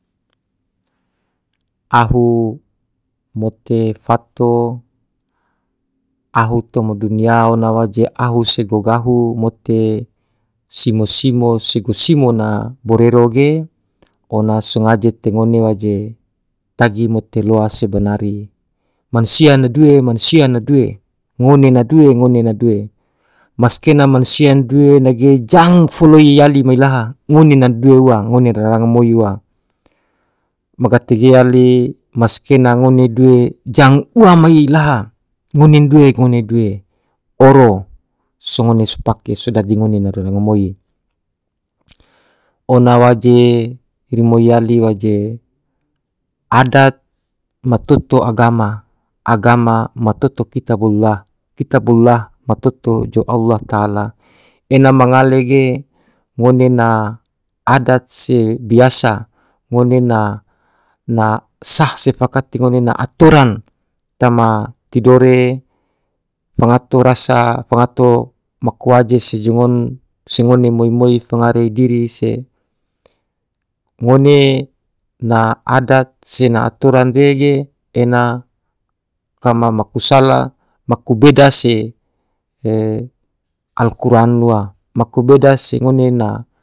Ahu mote fato, ahu toma dunia ona waje ahu se gogaho mote simo-simo se gosimo na borero ge, ona so ngaje te ngone waje tagi mote loa se banari, mansia na due mansia na due, ngone na due ngone na due, maskena mansia na due nege jang foloi yali mailaha ngone na due ua, ngone rangmoi ua, ma gate ge yali maskena ngone due jang ua mai laha ngone due ngone due, oro so ngone so pake so dadi ngone na rangmoi, oan waje rimoi yali waje, adat ma toto agama, agama ma toto kitabullah, kitabullah ma toto jou allah ta ala, ena ma ngale ge ngone na adat se biasa, ngone na na sah se fakati ngone na atoran tama tidore, fangato rasa fangato maku waje se jo ngon, se ngone moi-moi, se ngare diri, se ngone na adat se na atoran re ge ena kama maku sala maku beda se al quran ua, maku beda se ngone na.